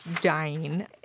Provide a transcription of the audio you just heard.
dying